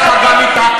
מהגז.